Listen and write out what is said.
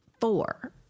four